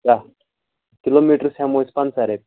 دَہ کِلو میٹرَس ہٮ۪مو أسۍ پَنٛژہ رۄپیہِ